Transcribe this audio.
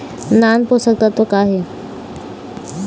नान पोषकतत्व का हे?